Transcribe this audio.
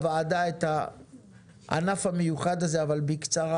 אם יש בעיה של האבקה, גם את זה צריך לפתור.